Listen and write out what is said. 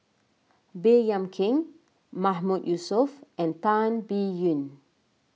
Baey Yam Keng Mahmood Yusof and Tan Biyun